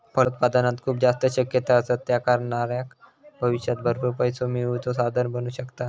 फलोत्पादनात खूप जास्त शक्यता असत, ता करणाऱ्याक भविष्यात भरपूर पैसो मिळवुचा साधन बनू शकता